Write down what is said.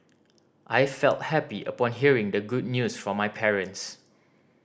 I felt happy upon hearing the good news from my parents